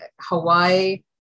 Hawaii